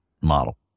model